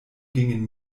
gingen